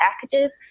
packages